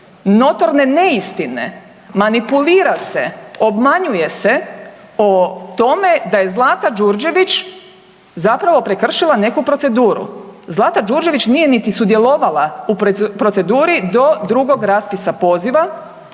notorne neistine, manipulira se, obmanjuje se o tome da je Zlata Đurđević zapravo prekršila neku proceduru. Zlata Đurđević nije niti sudjelovala u proceduri do drugog raspisa poziva